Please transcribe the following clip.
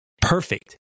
perfect